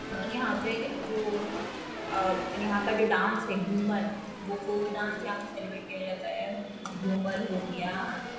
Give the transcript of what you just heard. यहाँ पे जो यहाँ का जो डांस है घूमर वो फोक डांस यहाँ पे सेलिब्रेट किया जाता है घूमर हो गया